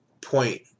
point